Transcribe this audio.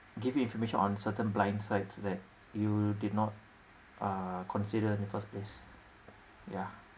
giving information on certain blind sites that you did not uh consider in the first place yeah